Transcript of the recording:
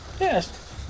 Yes